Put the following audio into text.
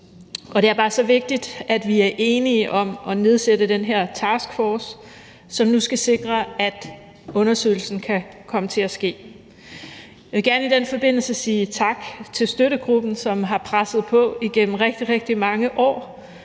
det er bare så vigtigt, at vi er enige om at nedsætte den her taskforce, som nu skal sikre, at undersøgelsen kan komme til at ske. Jeg vil i den forbindelse gerne sige tak til støttegruppen, som har presset på igennem rigtig, rigtig mange år.